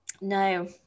no